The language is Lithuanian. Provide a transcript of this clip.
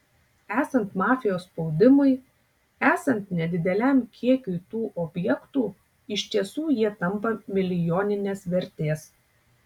esant mafijos spaudimui esant nedideliam kiekiui tų objektų iš tiesų jie tampa milijoninės vertės